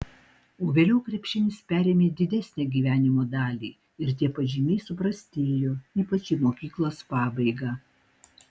o vėliau krepšinis perėmė didesnę gyvenimo dalį ir tie pažymiai suprastėjo ypač į mokyklos pabaigą